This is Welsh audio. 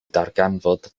darganfod